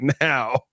now